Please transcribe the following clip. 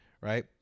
Right